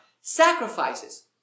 Sacrifices